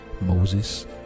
Moses